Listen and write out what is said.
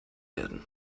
werden